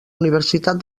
universitat